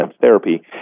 therapy